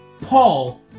Paul